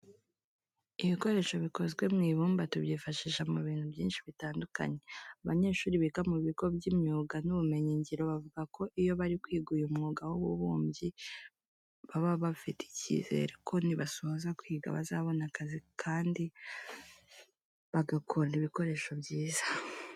Ibikoresho bikozwe mu ibumba tubyifashisha mu bintu byinshi bitandukanye. Abanyeshuri biga mu bigo by'imyuga n'ubumenyingiro bavuga ko iyo bari kwiga uyu mwuga w'ububumbyi, baba bafite icyizere ko nibasoza kwiga bazabona akazi kandi bagakora ibikoresho byiza.